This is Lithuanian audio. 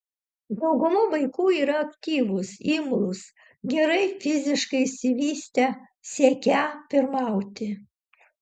dauguma vaikų yra aktyvūs imlūs gerai fiziškai išsivystę siekią pirmauti